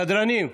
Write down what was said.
סדרנים,